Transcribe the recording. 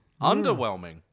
Underwhelming